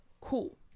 Cool